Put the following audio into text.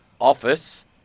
office